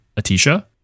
Atisha